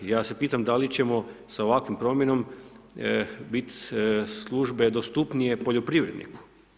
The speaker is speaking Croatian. Ja se pitam, da li ćemo sa ovakvom promjenom biti službe dostupnije poljoprivredniku?